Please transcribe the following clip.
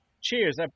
Cheers